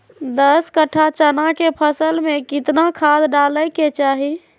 दस कट्ठा चना के फसल में कितना खाद डालें के चाहि?